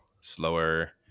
slower